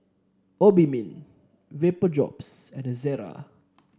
Obimin Vapodrops and Ezerra